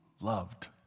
loved